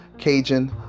Cajun